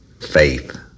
faith